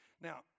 Now